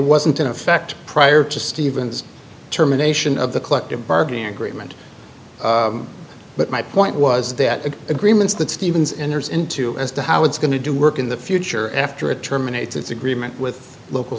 wasn't in effect prior to stephen's determination of the collective bargaining agreement but my point was that the agreements that stevens enters into as to how it's going to do work in the future after it terminates its agreement with local